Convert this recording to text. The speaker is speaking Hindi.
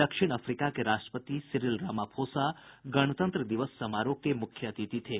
दक्षिण अफ्रीका के राष्ट्रपति सिरिल रामाफोसा गणतंत्र दिवस समारोह के मुख्य अतिथि थे